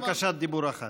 יש בקשת דיבור אחת.